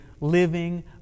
living